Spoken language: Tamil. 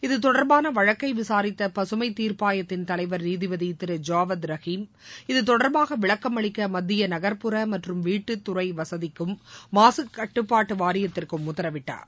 இதுதொடர்பாள வழக்கை விசாரித்த பசுமை தீர்ப்பாயத்தின் தலைவர் நீதிபதி திரு ஜாவத் ரஹீம் இதுதொடர்பாக விளக்கம் அளிக்க மத்திய நகர்ப்புற மற்றும் வீட்டுத்துறை வசதிக்கும் மாககட்டுப்பாட்டு வாரியத்திற்கும் உத்தரவிட்டுள்ளார்